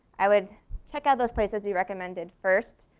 i would check out those places you recommended first,